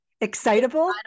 Excitable